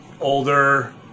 older